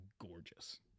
gorgeous